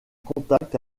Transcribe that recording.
contact